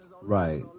Right